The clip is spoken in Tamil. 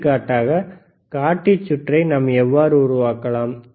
எடுத்துக்காட்டாக காட்டி சுற்றை நாம் எவ்வாறு உருவாக்கலாம்